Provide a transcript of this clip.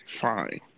Fine